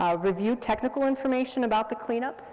um review technical information about the cleanup,